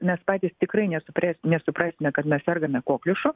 mes patys tikrai nesupres nesuprasime kad mes sergame kokliušu